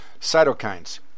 cytokines